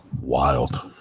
Wild